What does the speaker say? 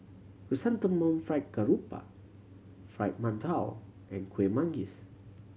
Chrysanthemum Fried Garoupa Fried Mantou and Kueh Manggis